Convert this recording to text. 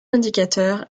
indicateur